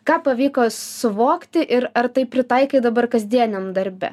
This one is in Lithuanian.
ką pavyko suvokti ir ar tai pritaikai dabar kasdieniam darbe